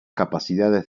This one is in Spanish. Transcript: capacidades